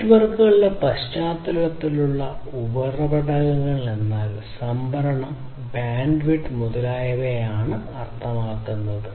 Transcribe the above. നെറ്റ്വർക്കുകളുടെ പശ്ചാത്തലത്തിലുള്ള ഉറവിടങ്ങൾ എന്നാൽ സംഭരണം ബാൻഡ്വിഡ്ത്ത് മുതലായവയെയാണ് അർത്ഥമാക്കുന്നത്